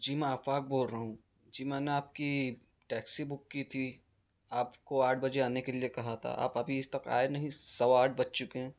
جی میں آفاق بول رہا ہوں جی میں نے آپ کی ٹیکسی بک کی تھی آپ کو آٹھ بجے آنے کے لئے کہا تھا آپ ابھی اس تک آئے نہیں سوا آٹھ بج چکے ہیں